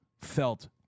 felt